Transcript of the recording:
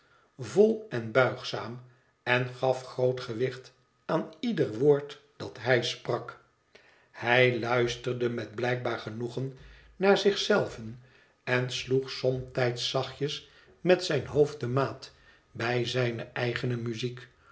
vol en buigzaam en gaf groot gewicht aan ieder woord dat hij sprak hij luisterde met blijkbaar genoegen naar zich zelven en sloeg somtijds zachtjes met zijn hoofd de maat bij zijne eigene muziek